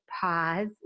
pause